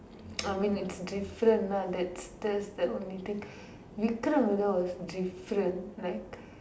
I mean it's different lah that's that's the only thing Vikram Vedha was different like